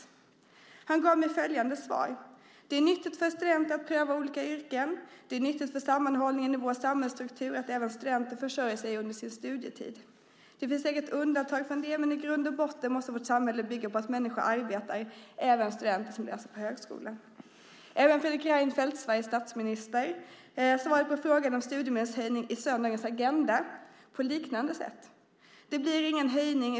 Anders Borg gav mig följande svar: "Det är nyttigt för studenter att pröva olika yrken. Det är nyttigt för sammanhållningen i vår samhällsstruktur att även studenter försörjer sig själva under studietiden. Det finns säkert undantag från det, men i grund och botten måste vårt samhälle bygga på att människor arbetar, även studenter som läser på högskola." Även Fredrik Reinfeldt, Sveriges statsminister, svarade på frågan om studiemedelshöjning i söndagens Agenda i tv på liknande sätt: Det blir ingen höjning.